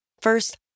First